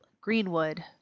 Greenwood